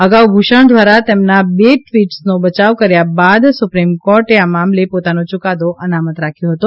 અગાઉ ભૂષણ દ્વારા તેમના બે ટ્વીટ્સનો બચાવ કર્યા બાદ સુપ્રીમ કોર્ટે આ મામલે પોતાનો ચુકાદો અનામત રાખ્યો હતો